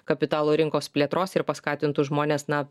kapitalo rinkos plėtros ir paskatintų žmones na